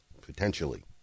potentially